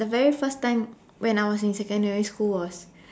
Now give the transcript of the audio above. the very time when I was in secondary school was